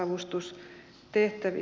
arvoisa puhemies